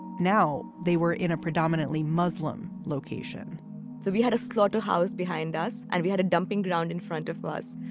now they were in a predominantly muslim location so we had a slaughterhouse behind us and we had a dumping ground in front of us.